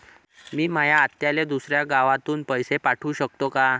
मी माया आत्याले दुसऱ्या गावातून पैसे पाठू शकतो का?